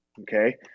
Okay